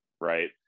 right